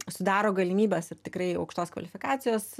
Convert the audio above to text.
sudaro galimybes ir tikrai aukštos kvalifikacijos